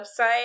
website